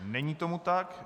Není tomu tak.